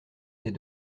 est